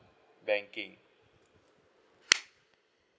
banking